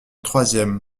troisième